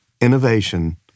Innovation